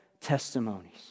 testimonies